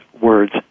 words